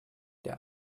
der